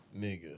Nigga